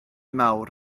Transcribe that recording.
mawr